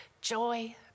joy